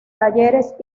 talleres